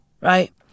right